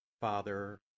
Father